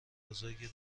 بزرگی